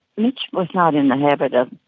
mitch was not in the habit of,